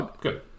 good